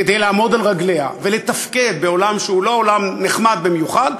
כדי לעמוד על רגליה ולתפקד בעולם שהוא לא עולם נחמד במיוחד,